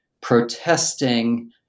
protesting